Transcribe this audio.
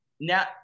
now